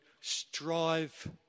strive